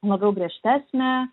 labiau griežtesnė